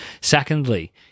Secondly